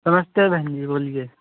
नमस्ते बहन जी बोलिए